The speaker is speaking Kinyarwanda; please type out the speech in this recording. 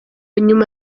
nyuma